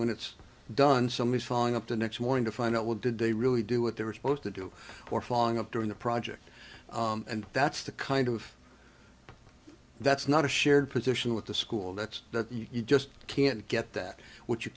when it's done some is following up the next morning to find out what did they really do what they were supposed to do or following up during the project and that's the kind of that's not a shared position with the school that's that you just can't get that what you